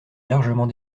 largement